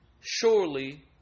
surely